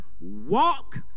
walk